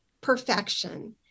perfection